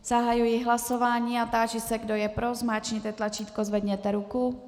Zahajuji hlasování a táži se, kdo je pro, zmáčkněte tlačítko, zvedněte ruku.